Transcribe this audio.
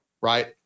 right